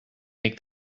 make